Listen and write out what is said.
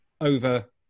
over